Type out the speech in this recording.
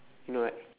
you know right